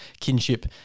kinship